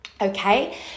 Okay